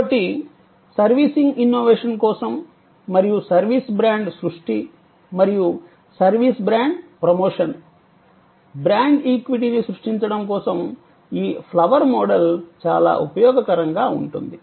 కాబట్టి servicing innovation కోసం మరియు సర్వీస్ బ్రాండ్ సృష్టి మరియు సర్వీస్ బ్రాండ్ ప్రమోషన్ బ్రాండ్ ఈక్విటీని సృష్టించడం కోసం ఈ ఫ్లవర్ మోడల్ చాలా ఉపయోగకరంగా ఉంటుంది